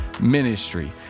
ministry